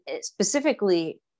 specifically